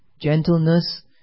gentleness